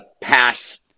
pass